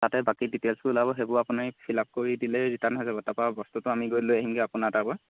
তাতে বাকী ডিটেইলছবোৰ ওলাব সেইবোৰ আপুনি ফিল আপ কৰি দিলেই ৰিটাৰ্ণ হৈ যাব তাপা বস্তুটো আমি গৈ লৈ আহিমগৈ আপোনাৰ তাৰ পৰা